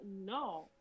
no